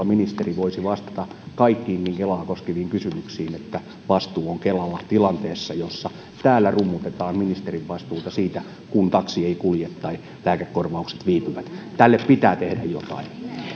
ministeri voisi vastata kaikkiin niihin kelaa koskeviin kysymyksiin että vastuu on kelalla tilanteessa jossa täällä rummutetaan ministerin vastuuta siitä kun taksi ei kulje tai lääkekorvaukset viipyvät tälle pitää tehdä jotain